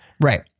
right